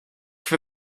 for